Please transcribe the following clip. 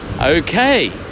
Okay